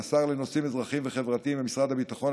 השר לנושאים אזרחיים וחברתיים במשרד הביטחון,